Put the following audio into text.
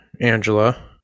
Angela